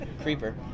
Creeper